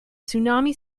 tsunami